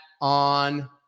on